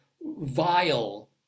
vile